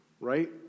Right